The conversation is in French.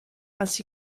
ainsi